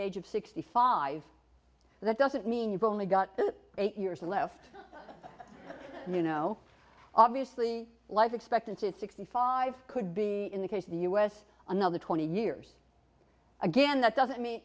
age of sixty five that doesn't mean you've only got eight years left you know obviously life expectancy is sixty five could be in the case of the us another twenty years again that doesn't mean